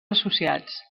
associats